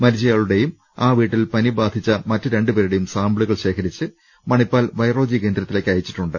മരിച്ചയാളുടെയും ആ വീട്ടിൽ പനി ബാധിച്ച മറ്റ് രണ്ട് പേരുടെയും സാമ്പിളുകൾ ശേഖരിച്ച് മണിപ്പാൽ വൈറോളജി കേന്ദ്രത്തിലേക്ക് അയച്ചിട്ടുണ്ട്